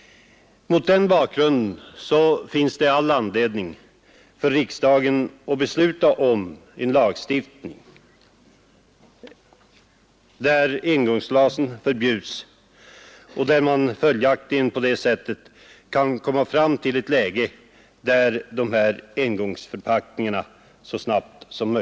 Mot den bakgrunden finns det all anledning för riksdagen att besluta om en lagstiftning med förbud mot engångsglas. Det är det snabbaste sättet att bli av med dessa förpackningar.